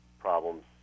problems